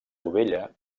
dovella